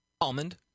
Almond